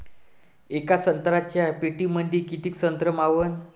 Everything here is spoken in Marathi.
येका संत्र्याच्या पेटीमंदी किती संत्र मावन?